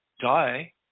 die